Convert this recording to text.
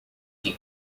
que